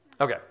Okay